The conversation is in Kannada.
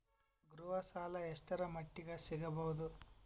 ಗೃಹ ಸಾಲ ಎಷ್ಟರ ಮಟ್ಟಿಗ ಸಿಗಬಹುದು?